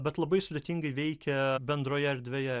bet labai sudėtingai veikia bendroje erdvėje